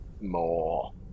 more